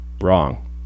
Wrong